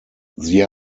sie